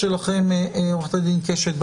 עורכת הדין קשת,